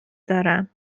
دارم